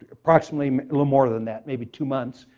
approximately a little more than that, maybe two months,